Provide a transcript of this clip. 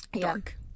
dark